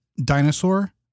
Dinosaur